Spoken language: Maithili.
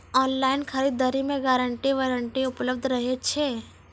ऑनलाइन खरीद दरी मे गारंटी वारंटी उपलब्ध रहे छै?